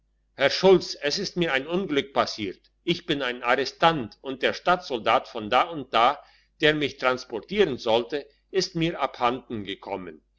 herr schulz es ist mir ein unglück passiert ich bin ein arrestant und der stadtsoldat von da und da der mich transportieren sollte ist mir abhanden gekommen